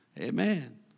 Amen